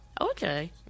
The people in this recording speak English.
Okay